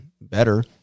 better